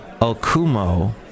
Okumo